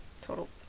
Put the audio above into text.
total